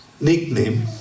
nickname